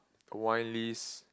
wine list